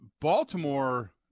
Baltimore